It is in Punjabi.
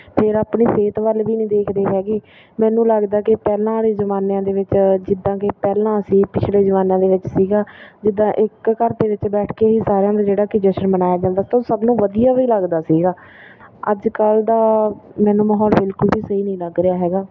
ਫਿਰ ਆਪਣੀ ਸਿਹਤ ਵੱਲ ਵੀ ਨਹੀਂ ਦੇਖਦੇ ਹੈਗੇ ਮੈਨੂੰ ਲੱਗਦਾ ਕਿ ਪਹਿਲਾਂ ਵਾਲੇ ਜ਼ਮਾਨਿਆਂ ਦੇ ਵਿੱਚ ਜਿੱਦਾਂ ਕਿ ਪਹਿਲਾਂ ਅਸੀਂ ਪਿਛਲੇ ਜ਼ਮਾਨਿਆਂ ਦੇ ਵਿੱਚ ਸੀਗਾ ਜਿੱਦਾਂ ਇੱਕ ਘਰ ਦੇ ਵਿੱਚ ਬੈਠ ਕੇ ਹੀ ਸਾਰਿਆਂ ਦਾ ਜਿਹੜਾ ਕਿ ਜਸ਼ਨ ਮਨਾਇਆ ਜਾਂਦਾ ਤਾਂ ਉਹ ਸਭ ਨੂੰ ਵਧੀਆ ਵੀ ਲੱਗਦਾ ਸੀਗਾ ਅੱਜ ਕੱਲ੍ਹ ਦਾ ਮੈਨੂੰ ਮਾਹੌਲ ਬਿਲਕੁਲ ਵੀ ਸਹੀ ਨਹੀਂ ਲੱਗ ਰਿਹਾ ਹੈਗਾ